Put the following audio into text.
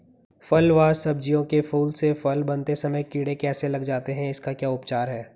फ़ल व सब्जियों के फूल से फल बनते समय कीड़े कैसे लग जाते हैं इसका क्या उपचार है?